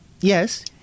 Yes